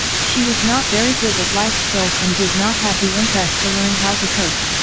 she was not very good at life skills and did not have the interest to learn how to cook.